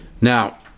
now